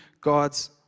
God's